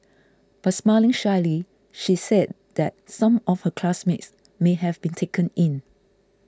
but smiling shyly she said that some of her classmates may have been taken in